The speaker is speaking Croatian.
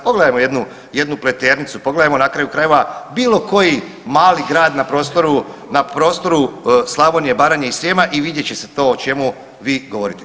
Pogledajmo jednu Pleternicu, pogledajmo na kraju krajeva bilo koji mali grad na prostoru Slavonije, Baranje i Srijema i vidjet će se to o čemu vi govorite.